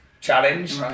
challenge